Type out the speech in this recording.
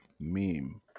meme